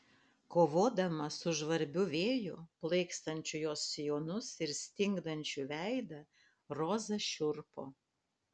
kovodama su žvarbiu vėju plaikstančiu jos sijonus ir stingdančiu veidą roza šiurpo